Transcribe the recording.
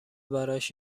براش